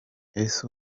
ese